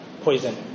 poison